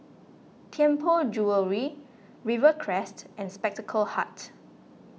Tianpo Jewellery Rivercrest and Spectacle Hut